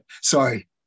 Sorry